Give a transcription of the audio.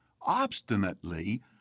obstinately